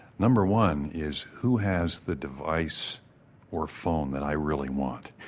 number one is who has the device or phone that i really want.